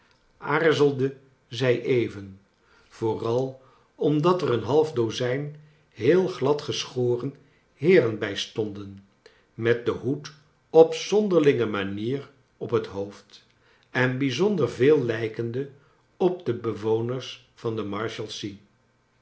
aarzelde zij even vooral omdat er een half dozijn heel glad geschoren heeren bij stonden met den hoed op zonderlinge manier op het hoofd en bijzonder veel lijkende op de bewoners van de